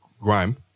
Grime